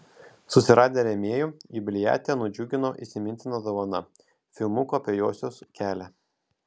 susiradę rėmėjų jubiliatę nudžiugino įsimintina dovana filmuku apie josios kelią